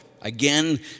Again